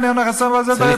אינו נכס צאן ברזל בבאר-שבע.